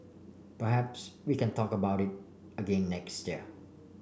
perhaps we can talk about it again next year